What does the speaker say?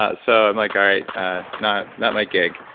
ah so i'm like all right, ah not not my gig.